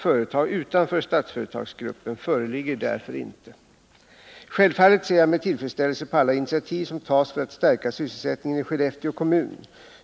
15 november 1979 Självfallet ser jag med tillfredsställelse på alla initiativ som tas för att stärka sysselsättningen i Skellefteå kommun.